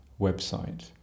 website